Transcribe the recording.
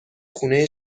خونه